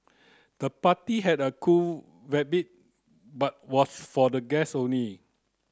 the party had a cool but was for the guest only